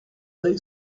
they